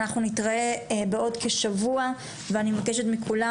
אנחנו נתראה בעוד כשבוע ואני מבקשת מכולם